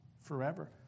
forever